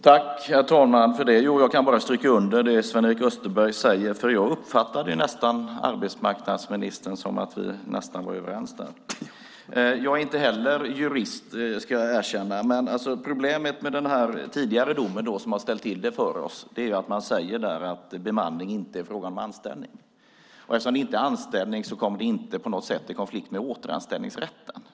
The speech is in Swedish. Herr talman! Jag kan bara stryka under det Sven-Erik Österberg sade. Jag uppfattade att arbetsmarknadsministern och vi nästan var överens. Jag är inte heller jurist, ska jag erkänna. Problemet med den tidigare domen, och det som har ställt till det för oss, är att man säger att bemanning inte är anställning. Och eftersom det inte är anställning kommer det inte på något sätt i konflikt med återanställningsrätten.